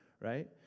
right